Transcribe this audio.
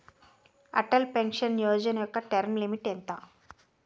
Atal pension Yojana యెక్క term limit ఎంత?